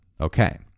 Okay